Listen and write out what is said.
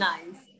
Nice